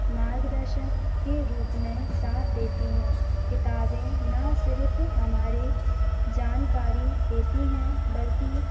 मार्गदर्शक के रूप में साथ देती हैं किताबें ना सिर्फ़ हमारे जानकारी देती हैं बल्कि